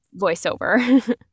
voiceover